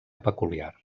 peculiar